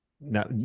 now